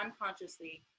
unconsciously